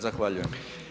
Zahvaljujem.